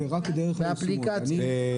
זאת אפליקציה.